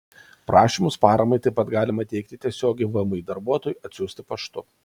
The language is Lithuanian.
prašymus paramai taip pat galima įteikti tiesiogiai vmi darbuotojui atsiųsti paštu